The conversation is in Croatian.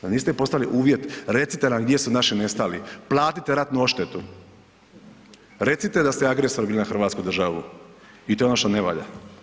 Da niste im postavili uvjet, recite nam gdje su naši nestali, platite ratnu odštetu, recite da ste agresor bili na hrvatsku državu i to je ono što ne valja.